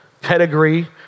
pedigree